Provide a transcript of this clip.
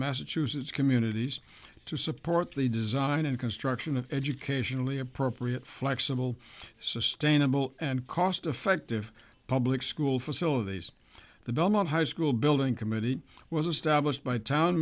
massachusetts communities to support the design and construction of educationally appropriate flexible sustainable and cost effective public school facilities the belmont high school building committee was established by town